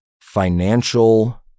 financial